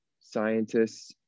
scientists